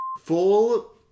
Full